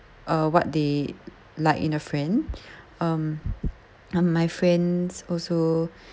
uh what they like in a friend um um my friends also